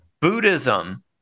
buddhism